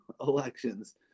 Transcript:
elections